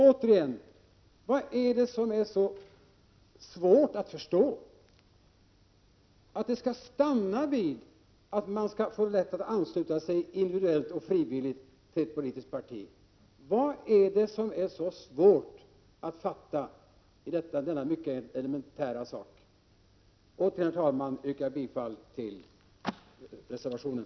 Återigen: Vad är det som är så svårt att förstå i detta att man skall stanna vid att var och en skall ha rätt att ansluta sig individuellt och frivilligt till ett politiskt parti? Vad är det som är så svårt att fatta i denna mycket elementära princip? Jag yrkar än en gång, herr talman, bifall till reservationen.